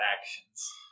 actions